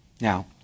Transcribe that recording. Now